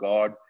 God